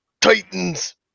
Titans